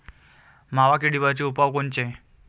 मावा किडीवरचे उपाव कोनचे?